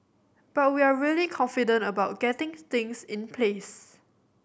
but we're really confident about getting things in place